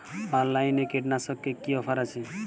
অনলাইনে কীটনাশকে কি অফার আছে?